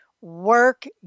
work